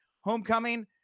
homecoming